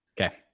okay